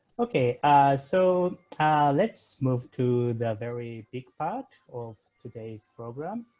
okay so let's move to the very big part of today's program.